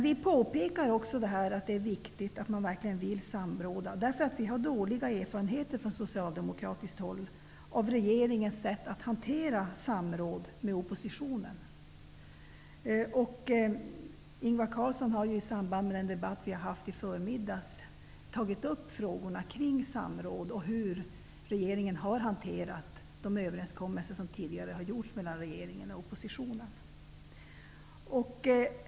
Vi påpekar också att det är viktigt att man verkligen vill samråda. Vi socialdemokrater har dåliga erfarenheter av regeringens sätt att hantera samråd med oppositionen. Ingvar Carlsson har ju i samband med den debatt vi hade på förmiddagen tagit upp frågorna kring samråd och hur regeringen har hanterat de överenskommelser som tidigare har gjorts mellan regeringen och oppositionen.